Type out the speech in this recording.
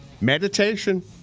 meditation